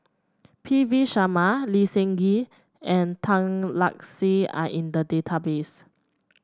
P V Sharma Lee Seng Gee and Tan Lark Sye are in the database